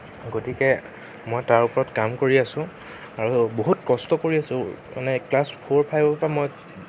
গতিকে মই তাৰ ওপৰত কাম কৰি আছোঁ আৰু বহুত কষ্ট কৰি আছোঁ মানে ক্লাছ ফ'ৰ ফাইভৰ পৰা মই